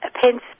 Pence